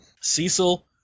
Cecil